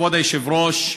כבוד היושב-ראש,